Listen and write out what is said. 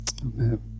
Amen